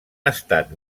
estat